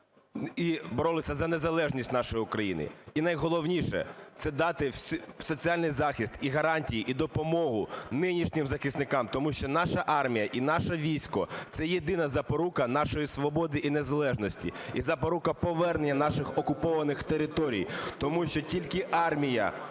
і боролися за незалежність нашої України. І найголовніше – це дати соціальний захист і гарантії, і допомогу нинішнім захисникам. Тому що наша армія і наше військо – це єдина запорука нашої свободи і незалежності і запорука повернення наших окупованих територій. Тому що тільки армія